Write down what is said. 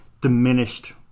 diminished